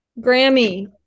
Grammy